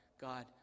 God